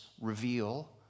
reveal